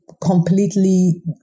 completely